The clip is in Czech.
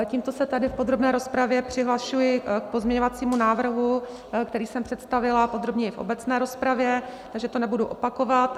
Tímto se tady v podrobné rozpravě přihlašuji k pozměňovacímu návrhu, který jsem představila podrobněji v obecné rozpravě, takže to nebudu opakovat.